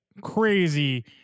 crazy